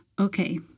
Okay